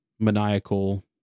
maniacal